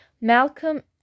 Malcolm